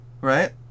right